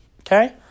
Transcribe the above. okay